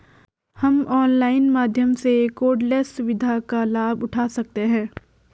हम ऑनलाइन माध्यम से कॉर्डलेस सुविधा का लाभ उठा सकते हैं